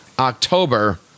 October